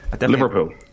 Liverpool